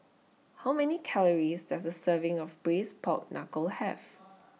How Many Calories Does A Serving of Braised Pork Knuckle Have